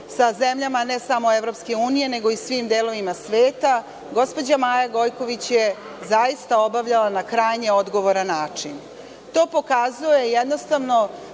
sa zemljama ne samo EU, nego i svim delovima sveta, gospođa Maja Gojković je zaista obavljala na krajnje odgovoran način. To pokazuje jednostavno